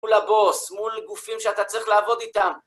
מול הבוס, מול גופים שאתה צריך לעבוד איתם.